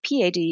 PAD